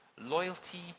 loyalty